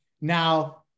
now